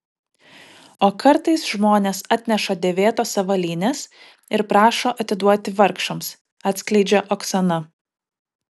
o kartais žmonės atneša dėvėtos avalynės ir prašo atiduoti vargšams atskleidžia oksana